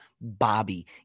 Bobby